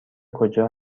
کجا